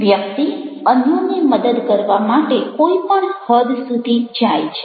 વ્યક્તિ અન્યોને મદદ કરવા માટે કોઈ પણ હદ સુધી જાય છે